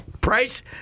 price